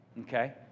okay